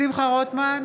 שמחה רוטמן,